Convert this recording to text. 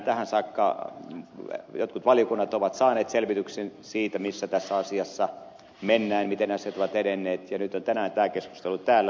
tähän saakka jotkut valiokunnat ovat saaneet selvityksen siitä missä tässä asiassa mennään miten asiat ovat edenneet ja nyt on tänään tämä keskustelu täällä